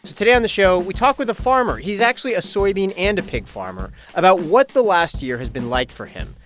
today on the show, we talk with a farmer he's actually a soybean and a pig farmer about what the last year has been like for him,